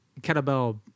kettlebell